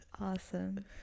Awesome